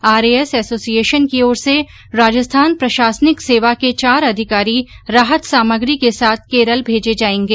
RAS association की ओर से राजस्थान प्रशासनिक सेवा के चार अधिकारी राहत सामग्री के साथ केरल भेजे जाएंगे